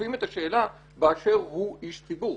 תוקפים את השאלה 'באשר הוא איש ציבור',